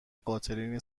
قاتلین